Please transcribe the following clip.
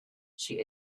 she